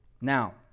Now